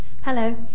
Hello